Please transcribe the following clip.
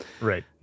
right